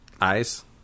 Eyes